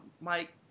Mike